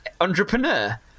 entrepreneur